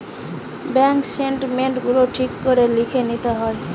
bank statement গুলা ঠিক করে লিখে লিতে হয়